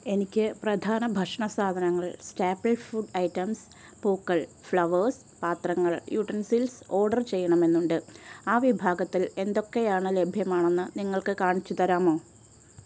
എനിക്ക് പ്രധാന ഭക്ഷണ സാധനങ്ങൾ സ്റ്റാപ്പിൾ ഫുഡ് ഐറ്റംസ് പൂക്കൾ ഫ്ളോവേഴ്സ് പാത്രങ്ങൾ യുട്ടെൻസിൽസ് ഓർഡർ ചെയ്യണമെന്നുണ്ട് ആ വിഭാഗത്തിൽ എന്തൊക്കെയാണ് ലഭ്യമാണെന്ന് നിങ്ങൾക്ക് കാണിച്ചു തരാമോ